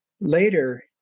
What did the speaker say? Later